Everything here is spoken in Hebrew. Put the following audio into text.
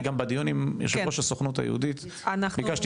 בדיון עם יו"ר הסוכנות היהודית ביקשתי